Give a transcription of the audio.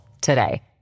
today